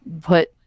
put